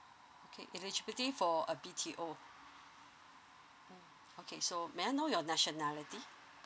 okay eligibility for a B_T_O mm okay so may I know your nationality